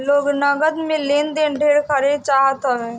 लोग नगद में लेन देन ढेर करे चाहत हवे